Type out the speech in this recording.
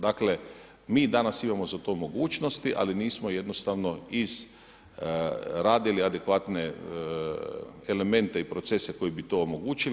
Dakle, mi danas imamo za to mogućnosti, ali nismo jednostavno izradili adekvatne elemente i procese koji bi to omogućili.